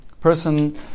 Person